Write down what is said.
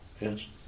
Yes